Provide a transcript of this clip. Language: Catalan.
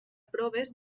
proves